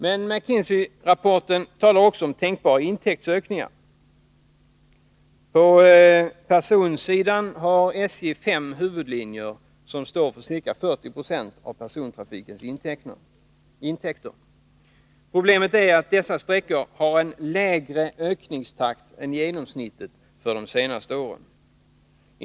Men i McKinsey-rapporten talas det också om tänkbara intäktsökningar. På personsidan har SJ fem huvudlinjer, som står för ca 40 96 av persontrafikens intäkter. Problemet är att dessa sträckor har en lägre ökningstakt än genomsnittet för de senaste åren.